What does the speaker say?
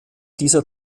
dieser